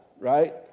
right